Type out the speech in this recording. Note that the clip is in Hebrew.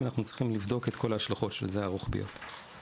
אנחנו צריכים לבדוק את כל ההשלכות הרוחביות של זה.